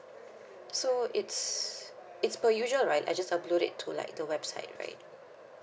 so it's it's per usual right I just upload it to like the website